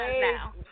now